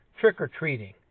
trick-or-treating